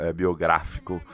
biográfico